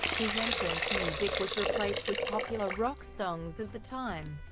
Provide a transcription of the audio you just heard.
his entrance music was replaced with popular rock songs of the time,